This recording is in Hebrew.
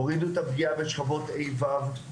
הורידו את הפגיעה בשכבות ה'-ו'.